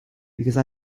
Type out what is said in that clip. because